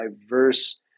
diverse